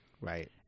Right